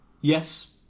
Yes